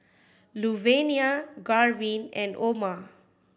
Luvenia Garvin and Oma